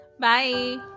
Bye